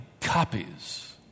copies